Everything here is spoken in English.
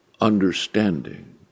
understanding